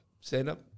stand-up